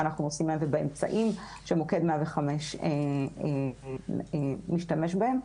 שאנחנו עושים באמצעים של מוקד 105 משתמש בהם.